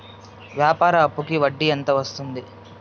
వ్యాపార అప్పుకి వడ్డీ ఎంత వస్తుంది?